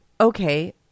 Okay